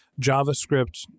JavaScript